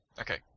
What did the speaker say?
Okay